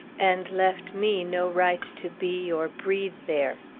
and left me no right to be or breathe there.